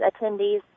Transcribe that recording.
attendees